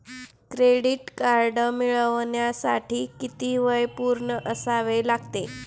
Credit card मिळवण्यासाठी किती वय पूर्ण असावे लागते?